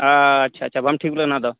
ᱟᱪᱪᱷᱟ ᱟᱪᱪᱷᱟ ᱵᱟᱢ ᱴᱷᱤᱠ ᱞᱮᱱᱟ ᱟᱫᱚ